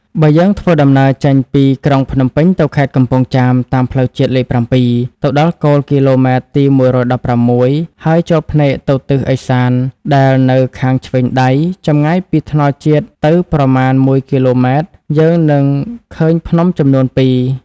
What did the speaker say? បើយើងធ្វើដំណើរចេញពីក្រុងភ្នំពេញទៅខេត្តកំពង់ចាម តាមផ្លូវជាតិលេខ៧ ទៅដល់គោលគីឡូម៉ែត្រទី១១៦ហើយ ចោលភែ្នកទៅទិសឥសាន ដែលនៅខាងឆេ្វងដៃ ចំងាយពីថ្នល់ជាតិទៅប្រមាណ១គីឡូម៉ែត្រ យើងនិងឃើញភ្នំចំនួនពីរ